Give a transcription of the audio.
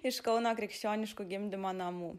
iš kauno krikščioniškų gimdymo namų